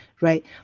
Right